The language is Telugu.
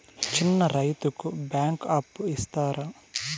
చిన్న రైతుకు బ్యాంకు అప్పు ఇస్తారా?